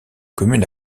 commune